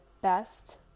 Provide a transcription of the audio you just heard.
best